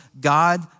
God